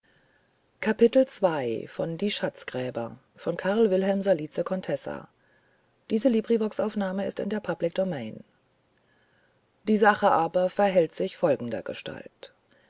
die sache aber verhält sich folgendergestalt